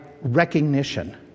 recognition